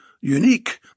unique